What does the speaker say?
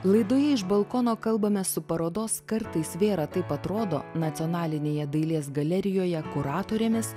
laidoje iš balkono kalbame su parodos kartais vėra taip atrodo nacionalinėje dailės galerijoje kuratorėmis